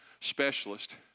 specialist